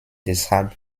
deshalb